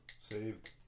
Saved